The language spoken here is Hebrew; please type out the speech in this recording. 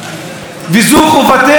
זו חובתנו, של כולנו,